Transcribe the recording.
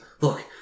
look